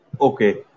Okay